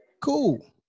Cool